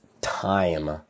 time